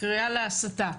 הקריאה להסתה.